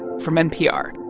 from npr